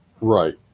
Right